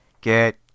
Get